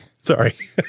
sorry